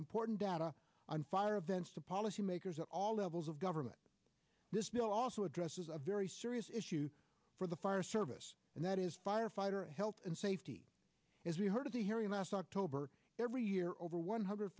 important data on fire events to policymakers at all levels of government this bill also addresses a very serious issue for the fire service and that is firefighter health and safety as we heard of the hearing last october every year over one hundred